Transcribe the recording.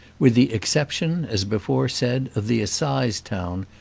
with the exception, as before said, of the assize town,